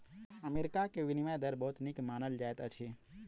America के विनिमय दर बहुत नीक मानल जाइत अछि